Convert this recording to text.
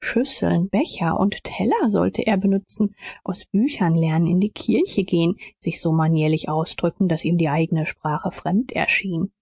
schüsseln becher und teller sollte er benützen aus büchern lernen in die kirche gehen sich so manierlich ausdrücken daß ihm die eigene sprache fremd erschien